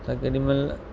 असां केॾी महिल